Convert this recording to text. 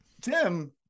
tim